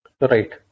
Right